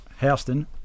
Houston